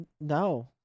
No